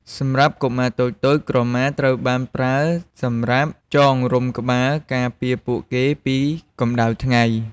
សម្រាប់កុមារតូចៗ ក្រមាត្រូវបានប្រើសម្រាប់ចងរុំក្បាលការពារពួកគេពីកម្ដៅថ្ងៃ។